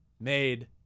made